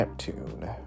Neptune